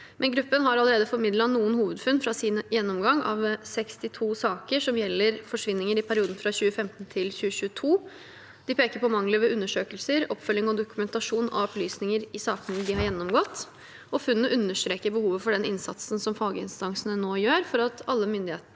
gruppen har allerede formidlet noen hovedfunn fra sin gjennomgang av 62 saker som gjelder forsvinninger i perioden fra 2015 til 2022. De peker på mangler ved undersøkelser, oppfølging og dokumentasjon av opplysninger i sakene de har gjennomgått. Funnene understreker behovet for den innsatsen som faginstansene nå gjør for at alle myndigheter